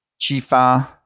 Chifa